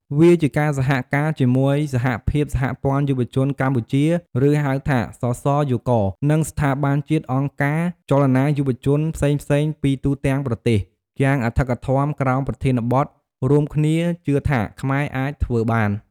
វាជាការសហការជាមួយសហភាពសហព័ន្ធយុវជនកម្ពុជា ឬហៅថា សសយក និងស្ថាប័នជាតិ អង្គការ ចលនាយុវជនផ្សេងៗពីទូទាំងប្រទេស យ៉ាងអធិកអធមក្រោមប្រធានបទ «រួមគ្នាជឿថាខ្មែរអាចធ្វើបាន» ។